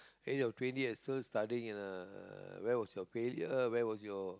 and you're twenty and still studying uh where was your failure where was your